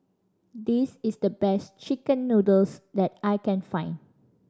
this is the best chicken noodles that I can find